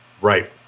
Right